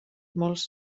molts